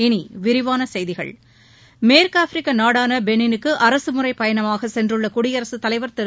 இனி விரிவான செய்திகள் மேற்கு ஆப்பிரிக்க நாடான பெளினுக்கு அரசு முறை பயணமாக சென்றுள்ள குடியரசுத் தலைவர் திரு